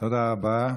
תודה רבה.